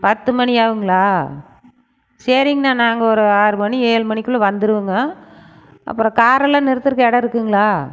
பத்து மணி ஆகுங்ளா சரிங்ணா நாங்கள் ஒரு ஆறு மணி ஏழு மணிக்குள்ளே வந்துடுவோங்க அப்புறம் காரெல்லாம் நிறுத்துகிறதுக்கு இடம் இருக்குங்களா